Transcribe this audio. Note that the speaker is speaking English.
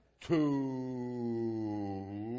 Two